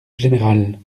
général